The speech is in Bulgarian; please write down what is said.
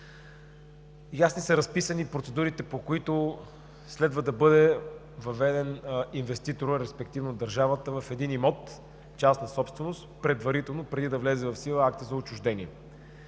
Ясно са разписани процедурите, по които следва да бъде въведен предварително инвеститорът, респективно държавата, в един имот частна собственост преди да влезе в сила акта за отчуждение.